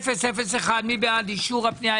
78001. מי בעד אישור הפנייה?